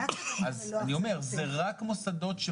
אלה רק מוסדות,